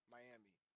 Miami